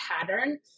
pattern